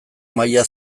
maila